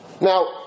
Now